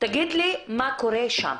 תגיד לי, קורה שם.